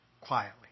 quietly